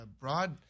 Broad